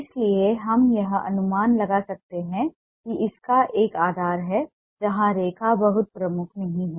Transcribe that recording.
इसलिए हम यह अनुमान लगा सकते हैं कि इसका एक आधार है जहां रेखा बहुत प्रमुख नहीं है